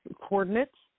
coordinates